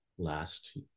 last